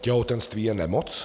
Těhotenství je nemoc?